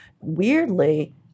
weirdly